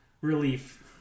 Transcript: relief